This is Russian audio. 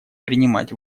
принимать